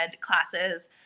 classes